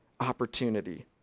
opportunity